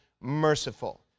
merciful